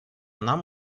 нам